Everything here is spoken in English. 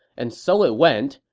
and so it went,